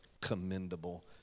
commendable